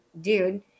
dude